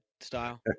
style